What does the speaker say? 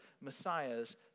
Messiah's